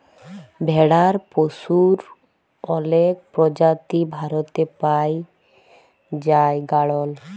ভেড়ার পশুর অলেক প্রজাতি ভারতে পাই জাই গাড়ল